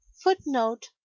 Footnote